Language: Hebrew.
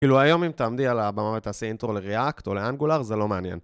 כאילו היום אם תעמדי על הבמה ותעשה אינטרו לריאקט או לאנגולר, זה לא מעניין.